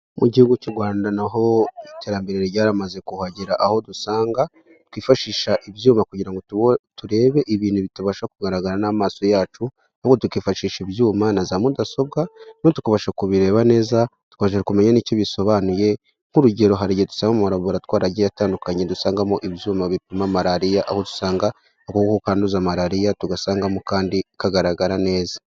Mu gihugu cy'u Rwanda naho iterambere ryaramaze kuhagera aho dusanga twifashisha ibyuma kugirango turebe ibintu bitabasha kugaragara n'amaso yacu ahubwo tukifashisha ibyuma na za mudasobwa noneho tukabasha kubireba neza twaje kumenya nicyo bisobanuye nk'urugero hari igihe dusanga mu ma laboratwari agiye atandukanye dusangamo ibyuma bipima Malariya aho usanga agakoko kanduza Malariya tugasangamo kandi kagaragara neza.